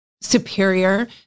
superior